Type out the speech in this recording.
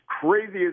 crazy